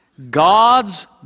God's